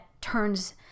turns